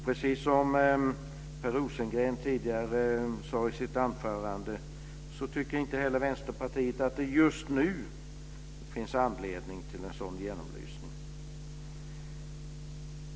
Precis som Per Rosengren tidigare sade i sitt anförande tycker inte heller Vänsterpartiet att det just nu finns anledning till en sådan genomlysning.